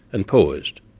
and paused,